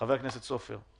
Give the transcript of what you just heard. חבר הכנסת סופר,